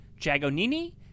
Jagonini